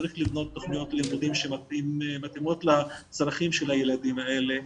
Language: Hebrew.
צריך לבנות תכניות לימודים שמתאימות לצרכים של הילדים האלה,